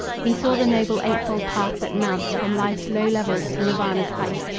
he saw the noble eightfold path that mounts from life's low levels to nirvana's heights.